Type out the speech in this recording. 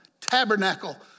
tabernacle